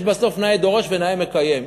יש בסוף נאה דורש ונאה מקיים.